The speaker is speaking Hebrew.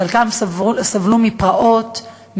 חלקם סבלו מפרעות,